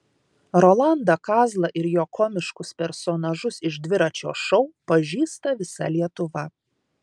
rolandą kazlą ir jo komiškus personažus iš dviračio šou pažįsta visa lietuva